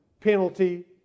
penalty